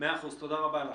תודה רבה לך.